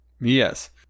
yes